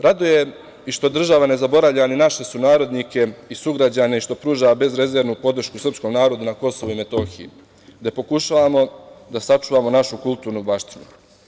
Raduje i što država ne zaboravlja i naše sunarodnike i sugrađane i što pruža bezrezervnu podršku srpskom narodu na KiM, gde pokušavamo da sačuvamo našu kulturnu baštinu.